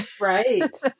Right